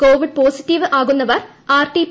Covid positive ആകുന്നവർ RT P